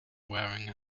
wearing